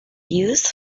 used